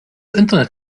internet